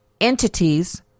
entities